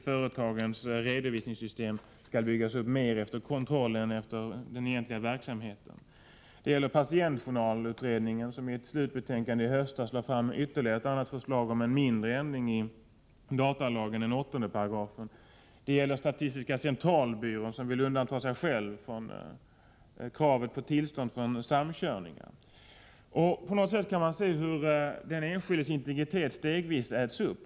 Företagens redovisningssystem skall alltså i princip byggas upp mera för kontrollen än för den egentliga verksamheten. Det gäller patientjournalutredningen, som i sitt slutbetänkande i höstas lade fram ytterligare ett förslag om en mindre ändring av 8§ i datalagen. Det gäller statistiska centralbyrån, som vill undanta sig själv från kravet på tillstånd för samkörningar. På något sätt kan man se hur den enskildes integritet stegvis äts upp.